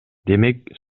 демек